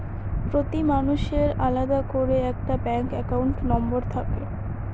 প্রতি মানুষের আলাদা করে একটা ব্যাঙ্ক একাউন্ট নম্বর থাকে